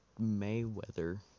Mayweather